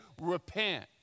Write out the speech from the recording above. repent